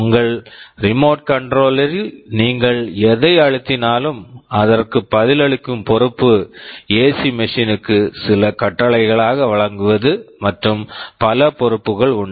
உங்கள் remote control remote control ல் நீங்கள் எதை அழுத்தினாலும் அதற்கு பதிலளிக்கும் பொறுப்பு ஏசி மெஷின் AC machine க்கு சில கட்டளைகளாக வழங்குவது மற்றும் பல பொறுப்புகள் உண்டு